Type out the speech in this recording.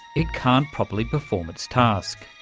it can't properly perform its task.